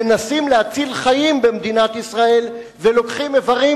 מנסים להציל חיים במדינת ישראל ולוקחים איברים,